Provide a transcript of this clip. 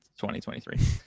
2023